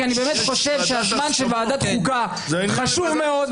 כי אני באמת חושב שהזמן של ועדת החוקה חשוב מאוד,